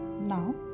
Now